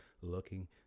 looking